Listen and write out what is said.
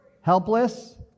Helpless